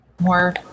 more